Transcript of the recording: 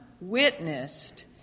witnessed